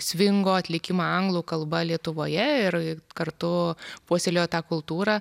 svingo atlikimą anglų kalba lietuvoje ir kartu puoselėjo tą kultūrą